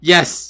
Yes